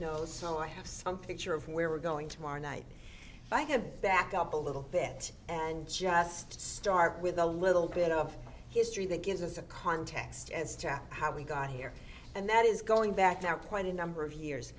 knows so i have some picture of where we're going tomorrow night i have back up a little bit and just start with a little bit of history that gives us a context as to how we got here and that is going back there quite a number of years